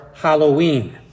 Halloween